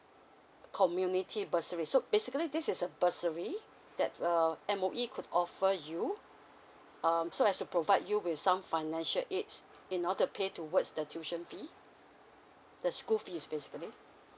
community bursary so basically this is a bursary that err M_O_E could offer you um so as to provide you with some financial aids in order to pay towards the tuition fee the school fees basically